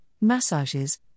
massages